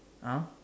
ah